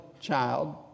child